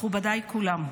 מכובדיי כולם,